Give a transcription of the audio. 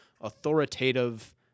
authoritative